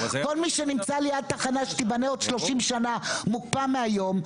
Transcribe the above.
כול מי שנמצא ליד תחנה שתיבנה עוד 30 שנה מוקפא מהיום,